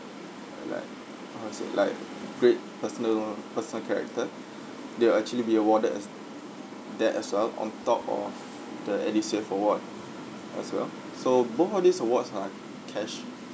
uh like how to say like great personal personal character they'll actually be awarded as that as well on top of the edusave award as well so both of these awards are cash